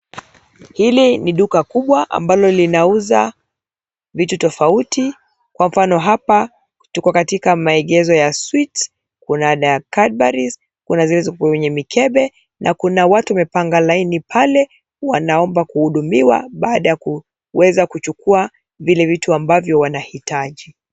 Hili ni duka kubwa ambalo linauza vitu tafauti kwa mfano hapa tuko katika maeneo ya sweet kuna calvary kuna kwenye mkebe na kuna watu wamepanga laini mbale wanaomba kuhutumiwa baada ya kuweza kujukua vile vitu ambao wanaitaji.